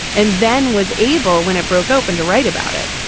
and then was able when it broke open to write about it.